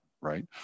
right